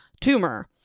tumor